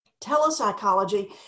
Telepsychology